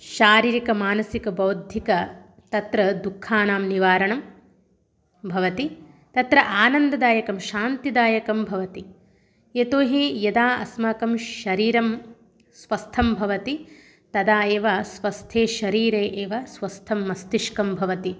शारीरिकः मानसिकः बौद्धिकः तत्र दुःखानां निवारणं भवति तत्र आनन्ददायकं शान्तिदायकं भवति यतो हि यदा अस्माकं शरीरं स्वस्थं भवति तदा एव स्वस्थे शरीरे एव स्वस्थं मस्तिष्कं भवति